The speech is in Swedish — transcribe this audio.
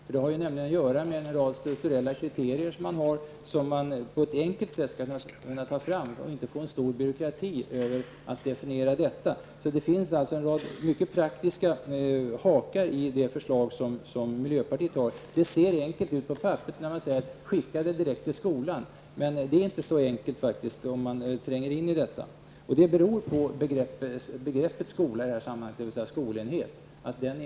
Detta har att göra med en rad strukturella kriterier, som man på ett enkelt sätt måste kunna ta fram utan att ha en omfattande byråkrati för att definiera detta. Det finns alltså en rad mycket praktiska hakar i miljöpartiets förslag. Det ser enkelt ut på papperet, när man säger att bidraget skall skickas direkt till skolan. Men man finner att det inte är så enkelt om man tränger in i problemet. Det beror på svårigheten att begreppet ''skolenhet''.